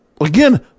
again